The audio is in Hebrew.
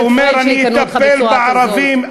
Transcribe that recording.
שר חוץ שאומר: אני אטפל בערבים,